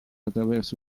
attraverso